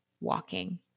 walking